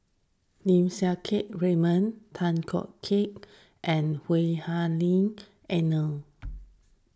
Lim Siang Keat Raymond Tay Koh Keat and Lui Hah Elena